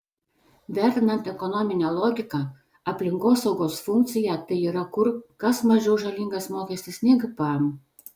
vertinant ekonominę logiką aplinkosaugos funkciją tai yra kur kas mažiau žalingas mokestis nei gpm